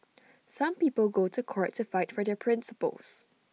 some people go to court to fight for their principles